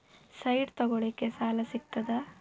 Site ತಗೋಳಿಕ್ಕೆ ಸಾಲಾ ಸಿಗ್ತದಾ?